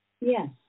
Yes